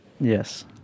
Yes